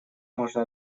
можно